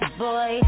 boy